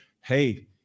Hey